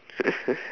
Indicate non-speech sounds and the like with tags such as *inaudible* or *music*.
*laughs*